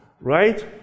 Right